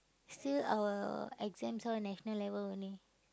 still our exams all national level only